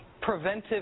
Preventive